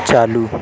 چالو